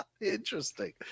Interesting